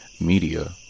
Media